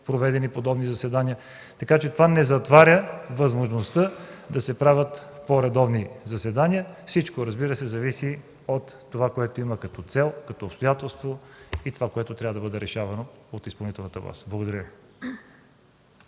проведени подобни заседания. Това не затваря възможността да се правят по-редовни заседания. Всичко, разбира се, зависи от това, което има като цел, като обстоятелство и това, което трябва да бъде решавано от изпълнителната власт. Благодаря